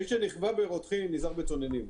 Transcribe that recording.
מי שנכווה ברותחין נזהר בצוננים.